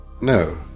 No